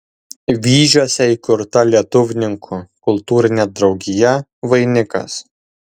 vyžiuose įkurta lietuvininkų kultūrinė draugija vainikas